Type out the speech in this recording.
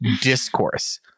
discourse